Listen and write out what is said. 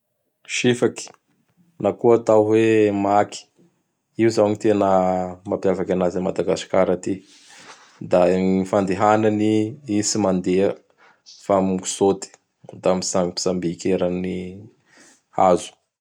Sifaky na koa atao heo Maky. Io izao ny tena mampiavaky anazy a Madagasikara aty. Da ny fandehanany, i tsy mandeha fa mitsôty, da mitsambitsabiky eran'ny hazo.